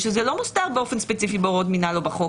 לשלוח הודעות לכלל תושבי תל אביב וירושלים זה לא חלק מתוך החוק,